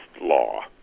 law